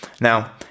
Now